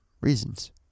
reasons